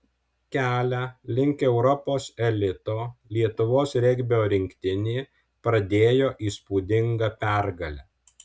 kelią link europos elito lietuvos regbio rinktinė pradėjo įspūdinga pergale